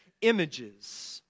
images